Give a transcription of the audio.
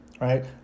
right